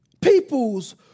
people's